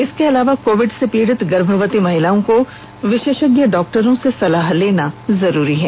इसके अलावा कोविड से पीड़ित गर्भवती महिलाओं को विशेषज्ञ डॉक्टरों से सलाह करना जरूरी है